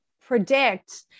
predict